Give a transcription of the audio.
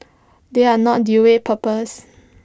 they are not dual purpose